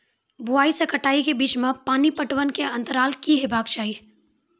बुआई से कटाई के बीच मे पानि पटबनक अन्तराल की हेबाक चाही?